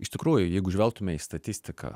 iš tikrųjų jeigu žvelgtume į statistiką